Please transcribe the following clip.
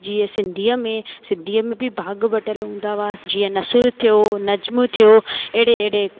जीअं सिंधीअ में सिंधीअ में बि भाग वठल हूंदा हुआ जीअं नसुर थियो नज़म थियो अहिड़े अहिड़े